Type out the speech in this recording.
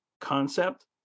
concept